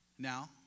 Now